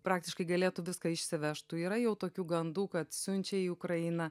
praktiškai galėtų viską išsivežtų yra jau tokių gandų kad siunčia į ukrainą